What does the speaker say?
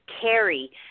carry